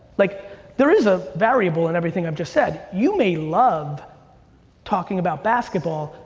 like there is a variable in everything i've just said. you may love talking about basketball,